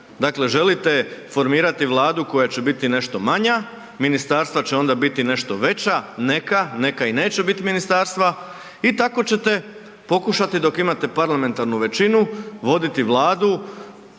Dakle, želite formirati vladu koja će biti nešto manja, ministarstva će onda biti nešto veća, neka, neka i neće bit ministarstva i tako ćete pokušati dok imate parlamentarnu većinu voditi vladu